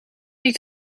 niet